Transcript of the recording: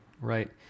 right